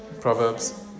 Proverbs